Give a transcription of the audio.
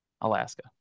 Alaska